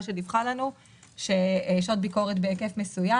שדיווחה לנו שעות ביקורת בהיקף מסוים.